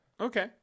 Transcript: okay